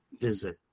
visit